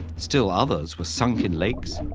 still others were sunk in lakes,